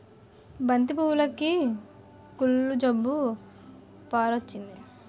బంతి పువ్వులుకి కుళ్ళు జబ్బు పారొచ్చింది